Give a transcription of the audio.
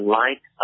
light